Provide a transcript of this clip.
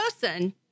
person